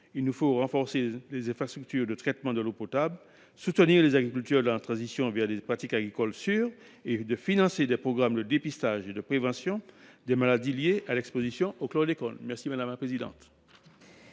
Il nous faut renforcer les infrastructures de traitement de l’eau potable, soutenir les agriculteurs dans la transition des pratiques agricoles sûres et financer des programmes de dépistage et de prévention des maladies liées à l’exposition au chlordécone. Les deux amendements